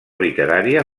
literària